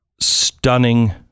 stunning